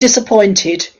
disappointed